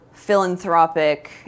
philanthropic